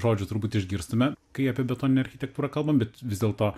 žodžių turbūt išgirstame kai apie betoninę architektūrą kalbam bet vis dėlto